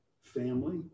family